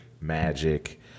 Magic